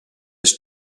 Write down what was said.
his